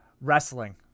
Wrestling